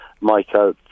Michael